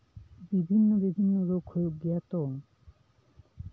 ᱵᱤᱵᱷᱤᱱᱱᱚ ᱵᱤᱵᱷᱤᱱᱱᱚ ᱨᱳᱜ ᱦᱩᱭᱩᱜ ᱜᱮᱭᱟ ᱛᱚ